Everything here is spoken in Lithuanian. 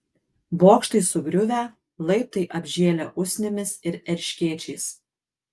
bokštai sugriuvę laiptai apžėlę usnimis ir erškėčiais